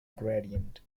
gradient